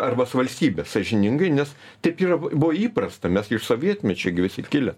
arba valstybe sąžiningai nes taip yra buvo įprasta mes iš sovietmečio gi visi kilę